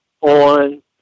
on